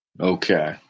Okay